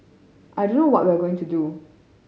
I don't know what we are going to do